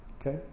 Okay